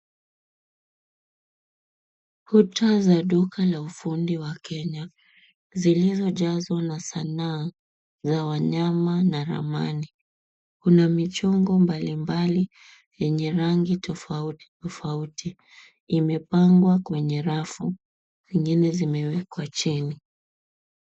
Kuta la duka la ufundi wa kenya zilizojazwa na sanaa na ramani za wanyama. Kuna michongo tofauti yenye rangi mbalimbali tofauti imepangwa kwenye rafu zingine zimewekwa chini.